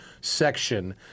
section